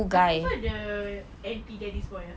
I prefer the anti daddy's boy ah